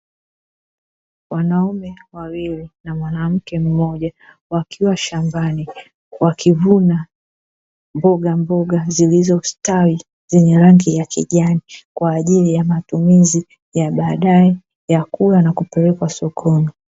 Wanaume wawili na mwanamke mmoja wakiwa shambani wakivuna mbogamboga zilizostawi zenye rangi ya kijani, kwa ajili ya matumizi ya baadaye ya kula na kupelekwa sokoni.